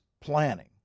planning